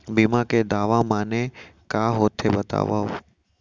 बीमा के दावा माने का होथे बतावव?